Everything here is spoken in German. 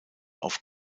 auf